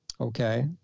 okay